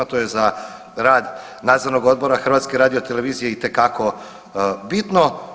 To je za rad Nadzornog odbora HRT-a itekako bitno.